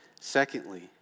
Secondly